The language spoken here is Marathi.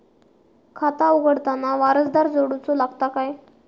खाता उघडताना वारसदार जोडूचो लागता काय?